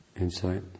insight